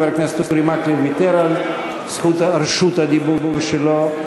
חבר הכנסת אורי מקלב ויתר על רשות הדיבור שלו.